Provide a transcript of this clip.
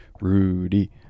Rudy